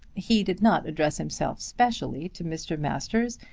he did not address himself specially to mr. masters,